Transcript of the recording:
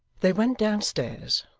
they went downstairs,